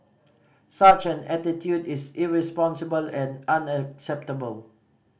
such an attitude is irresponsible and unacceptable